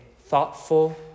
thoughtful